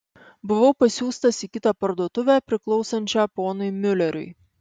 buvau pasiųstas į kitą parduotuvę priklausančią ponui miuleriui